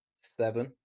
seven